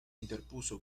interpuso